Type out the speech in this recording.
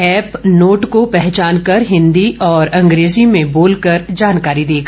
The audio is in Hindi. ऐप नोट को पहचानकर हिन्दी और अंग्रेजी में बोलकर जानकारी देगा